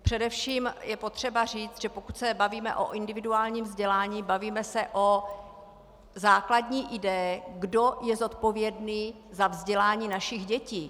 Především je potřeba říct, že pokud se bavíme o individuálním vzdělání, bavíme se o základní ideji, kdo je zodpovědný za vzdělání našich dětí.